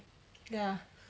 ya